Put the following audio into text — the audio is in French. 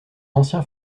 ancien